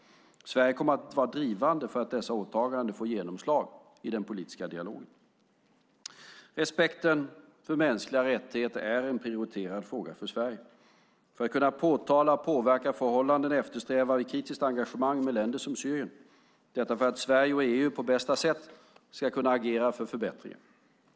Sverige kommer att vara drivande för att dessa åtaganden får genomslag i den politiska dialogen. Respekten för mänskliga rättigheter är en prioriterad fråga för Sverige. För att kunna påtala och påverka förhållanden eftersträvar vi kritiskt engagemang med länder som Syrien - detta för att Sverige och EU på bästa sätt ska kunna agera för förbättringar.